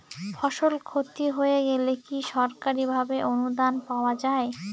ফসল ক্ষতি হয়ে গেলে কি সরকারি ভাবে অনুদান পাওয়া য়ায়?